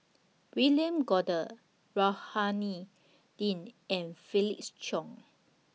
William Goode Rohani Din and Felix Cheong